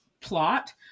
plot